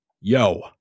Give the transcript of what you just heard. yo